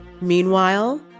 Meanwhile